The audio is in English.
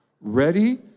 ready